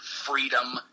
freedom